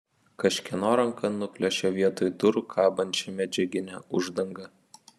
kažkieno ranka nuplėšė vietoj durų kabančią medžiaginę uždangą